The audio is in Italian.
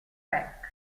track